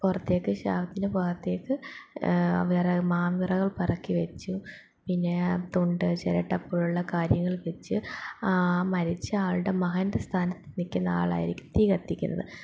പുറത്തേക്ക് ശവത്തിൻ്റെ ഭാഗത്തേക്ക് വിറ മാം വിറകൾ പെറുക്കി വെച്ചു പിന്നെ തുണ്ട് ചിരട്ട പോലുള്ള കാര്യങ്ങൾ വെച്ച് മരിച്ച ആളുടെ മഹാൻ്റെ സ്ഥാനത്ത് നിൽക്കുന്ന ആളായിരിക്കും തീ കത്തിക്കുന്നത്